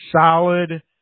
solid